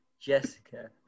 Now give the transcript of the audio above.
Jessica